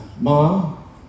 mom